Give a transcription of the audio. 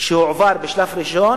שהועבר בשלב ראשון